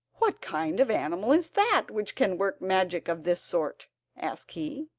what kind of animal is that which can work magic of this sort asked he.